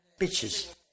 Bitches